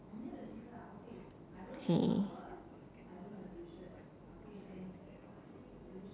okay